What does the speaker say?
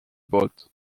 poolt